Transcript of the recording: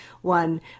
one